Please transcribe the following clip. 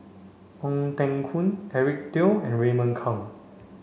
Ong Teng Koon Eric Teo and Raymond Kang